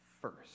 first